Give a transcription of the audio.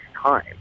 time